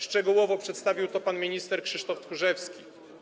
Szczegółowo przedstawił to pan minister Krzysztof Tchórzewski.